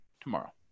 tomorrow